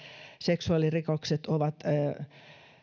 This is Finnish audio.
seksuaalirikokset ovat prosenttiosuuksina